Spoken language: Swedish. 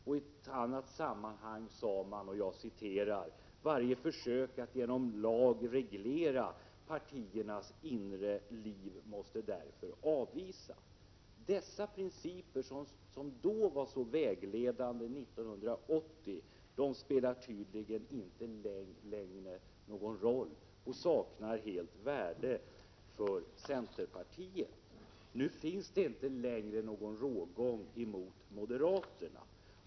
I ett annat sammanhang sade man att varje försök att genom lag reglera partiernas inre liv måste avvisas. Dessa principer, som 1980 var så vägledande, spelar tydligen inte längre någon roll och saknar helt värde för centerpartiet. Nu finns det inte längre någon rågång mot moderaterna.